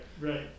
right